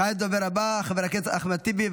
כעת הדובר הבא, חבר הכנסת אחמד טיבי.